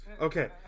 Okay